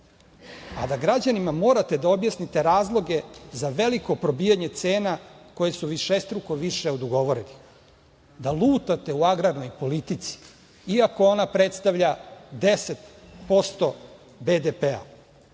a da građanima morate da objasnite razloge za veliko probijanje cena koje su višestruko više od ugovorenih, da lutate u agrarnoj politici iako ona predstavlja 10% BDP-a,